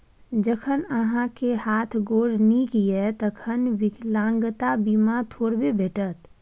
जखन अहाँक हाथ गोर नीक यै तखन विकलांगता बीमा थोड़बे भेटत?